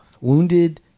Wounded